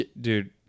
dude